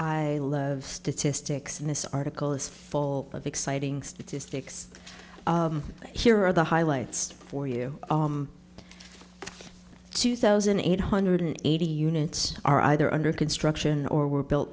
i love statistics in this article is full of exciting statistics here are the highlights for you two thousand eight hundred eighty units are either under construction or were built